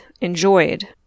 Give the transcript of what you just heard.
enjoyed